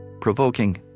provoking